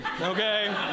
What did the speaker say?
okay